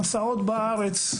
מסעות בארץ,